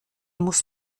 muss